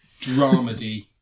Dramedy